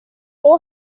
all